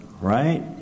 right